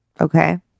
okay